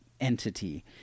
entity